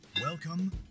Welcome